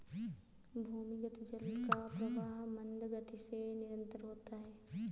भूमिगत जल का प्रवाह मन्द गति से निरन्तर होता है